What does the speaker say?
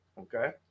Okay